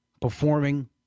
performing